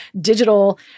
digital